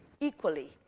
equally